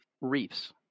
Reefs